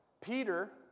Peter